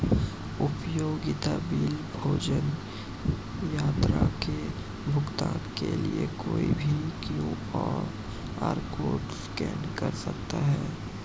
उपयोगिता बिल, भोजन, यात्रा के भुगतान के लिए कोई भी क्यू.आर कोड स्कैन कर सकता है